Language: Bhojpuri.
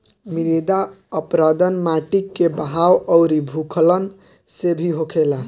मृदा अपरदन माटी के बहाव अउरी भूखलन से भी होखेला